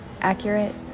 accurate